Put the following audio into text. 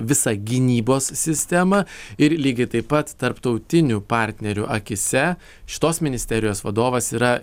visą gynybos sistemą ir lygiai taip pat tarptautinių partnerių akyse šitos ministerijos vadovas yra